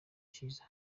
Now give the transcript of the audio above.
cyiza